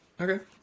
Okay